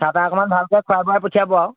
চাহ তাহ অকণমান ভালকৈ খোৱাই বোৱাই পঠিয়াব আৰু